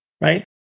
right